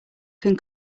can